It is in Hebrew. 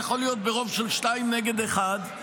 זה יכול להיות ברוב של שניים נגד אחד,